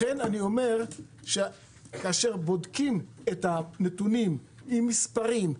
לכן אני אומר שכאשר בודקים את הנתונים עם מספרים,